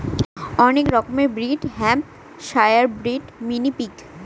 অনেক রকমের breed Hampshire breed, mini pig